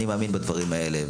אני מאמין בדברים האלה.